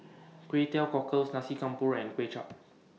Kway Teow Cockles Nasi Campur and Kway Chap